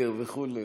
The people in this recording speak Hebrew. סגר וכו'.